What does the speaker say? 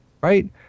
right